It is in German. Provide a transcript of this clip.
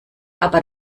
aber